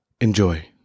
Enjoy